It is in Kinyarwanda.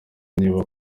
niba